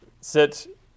sit